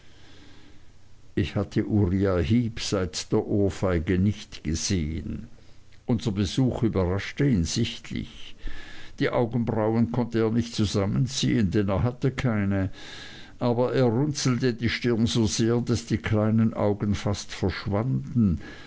ich hatte uriah heep seit der ohrfeige nicht gesehen unser besuch überraschte ihn sichtlich die augenbrauen konnte er nicht zusammenziehen denn er hatte keine aber er runzelte die stirn so sehr daß die kleinen augen fast verschwanden